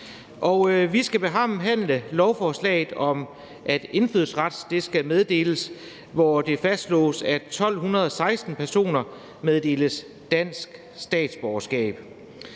Vi skal behandle lovforslaget om, at indfødsret skal meddeles, hvori det fastslås, at 1.216 personer meddeles dansk statsborgerskab.